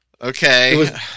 Okay